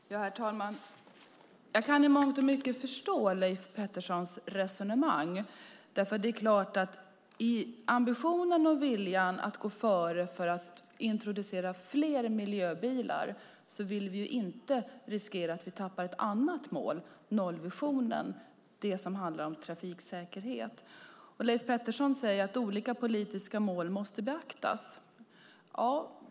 Herr talman! Jag kan i mångt och mycket förstå Leif Petterssons resonemang. Det är klart att vi i ambitionen och viljan att gå före för att introducera fler miljöbilar inte vill riskera att vi tappar ett annat mål, nollvisionen, det som handlar om trafiksäkerhet. Leif Pettersson säger att olika politiska mål måste beaktas.